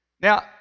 Now